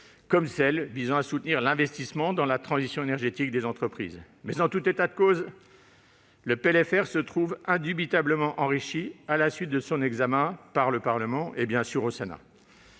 comme celles qui visent à soutenir l'investissement dans la transition énergétique des entreprises. En tout état de cause, le PLFR se trouve indubitablement enrichi à la suite de son examen par le Parlement, notamment par le Sénat.